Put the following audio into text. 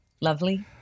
lovely